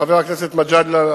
חבר הכנסת מג'אדלה,